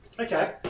Okay